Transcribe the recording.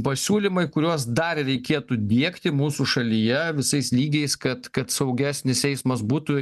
pasiūlymai kuriuos dar reikėtų diegti mūsų šalyje visais lygiais kad kad saugesnis eismas būtų